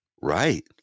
Right